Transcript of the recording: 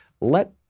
Let